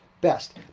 best